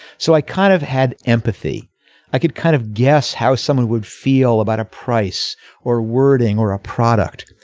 so i kind of had empathy i could kind of guess how someone would feel about a price or wording or a product.